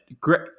great